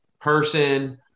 person